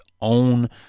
own